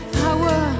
power